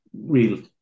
real